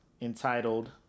entitled